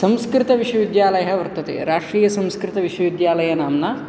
संस्कृतविश्वविद्यालयः वर्तते राष्ट्रियसंस्कृतविश्वविद्यालयः नाम्ना